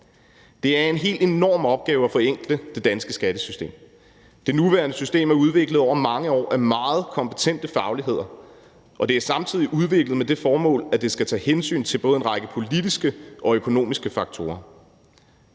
Det er en helt enorm opgave at forenkle det danske skattesystem. Det nuværende system er udviklet over mange år af meget kompetente fagligheder, og det er samtidig udviklet med det formål, at det skal tage hensyn til en række både politiske og økonomiske faktorer.